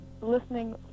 listening